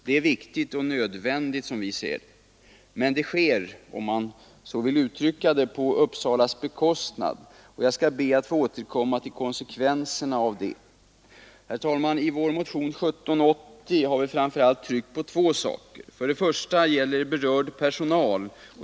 Det är viktigt och nödvändigt, som vi ser det, men det sker — om man så vill uttrycka det — på Uppsalas bekostnad. Jag skall be att få återkomma till konsekvenserna av detta. Herr talman! I vår motion 1780 har vi framför allt tryckt på två saker. För det första gäller det berörd personal.